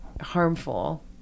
harmful